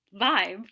vibe